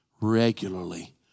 regularly